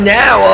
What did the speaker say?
now